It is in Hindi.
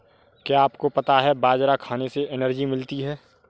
क्या आपको पता है बाजरा खाने से एनर्जी मिलती है?